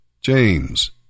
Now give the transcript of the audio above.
James